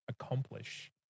Accomplish